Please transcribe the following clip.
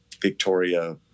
Victoria